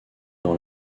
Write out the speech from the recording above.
dans